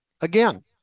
again